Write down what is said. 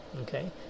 okay